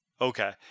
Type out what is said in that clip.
okay